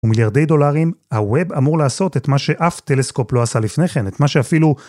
ומיליארדי דולרים, הווב אמור לעשות את מה שאף טלסקופ לא עשה לפני כן, את מה שאפילו...